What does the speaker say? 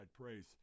praise